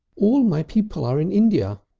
all my people are in india,